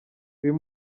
uyu